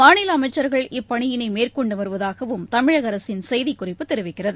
மாநிலஅமைச்சர்கள் இப்பணியினைமேற்கொண்டுவருவதாகவும் தமிழகஅரசின் செய்திக் குறிப்பு தெரிவிக்கிறது